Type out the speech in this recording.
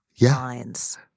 lines